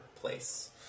place